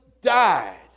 died